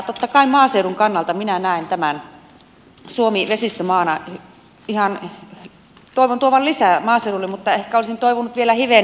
totta kai maaseudun kannalta minä näen ja toivon tämän suomi vesistömaana tuovan lisää maaseudulle mutta ehkä olisin toivonut vielä hivenen lisää